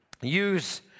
use